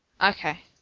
Okay